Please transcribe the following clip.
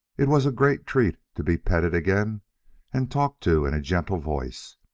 it was a great treat to be petted again and talked to in a gentle voice,